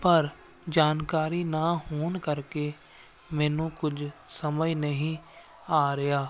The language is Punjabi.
ਪਰ ਜਾਣਕਾਰੀ ਨਾ ਹੋਣ ਕਰਕੇ ਮੈਨੂੰ ਕੁਝ ਸਮਝ ਨਹੀਂ ਆ ਰਿਹਾ